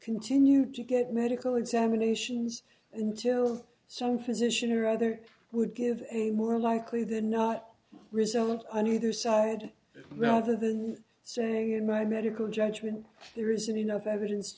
continued to get medical examinations until some physician or other would give a more likely than not result and you do side rather than saying in my medical judgment there isn't enough evidence